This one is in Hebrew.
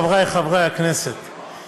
חברי חברי הכנסת,